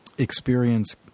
Experience